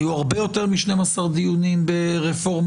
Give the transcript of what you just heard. היו הרבה יותר מ-12 דיונים ברפורמה